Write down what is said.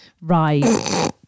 Right